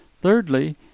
Thirdly